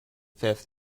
fifth